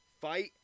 fight